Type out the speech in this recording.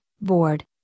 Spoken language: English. bored